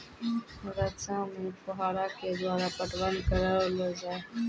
रचा मे फोहारा के द्वारा पटवन करऽ लो जाय?